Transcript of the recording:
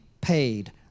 paid